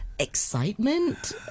excitement